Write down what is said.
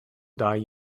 die